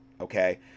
okay